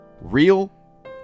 Real